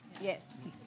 Yes